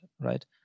Right